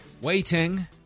waiting